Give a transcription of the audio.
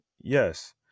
Yes